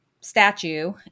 statue